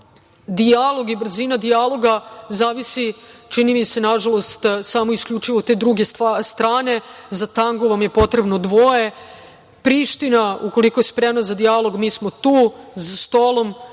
Dijalog i brzina dijaloga zavisi, čini mi se, nažalost, samo i isključivo od te druge strane. Za tango vam je potrebno dvoje. Priština, ukoliko je spremna za dijalog, mi smo tu, za stolom,